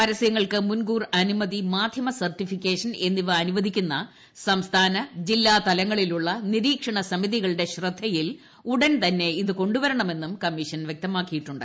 പരസ്യങ്ങൾക്ക് മുൻകൂർ അനുമതി മാധ്യമ സർട്ടിഫിക്കേഷൻ എന്നിവ അനുവദിക്കുന്ന സംസ്ഥാന ജില്ലാ തലങ്ങളിലുള്ള നിരീക്ഷണസമിതികളുടെ ശ്രദ്ധയിൽ ഉടൻ തന്നെ ഇത് കൊണ്ടുവരണമെന്നും കമ്മീഷൻ വ്യക്തമാക്കിയിട്ടുണ്ട്